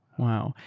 wow.